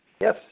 Yes